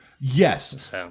Yes